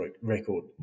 record